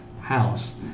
house